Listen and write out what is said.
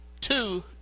two